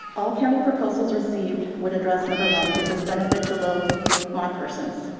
all county proposals received would address number one, which has benefit to low mod persons.